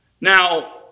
Now